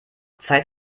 zeit